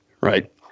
right